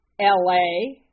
LA